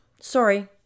sorry